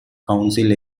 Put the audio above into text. council